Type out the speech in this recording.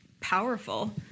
powerful